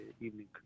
evening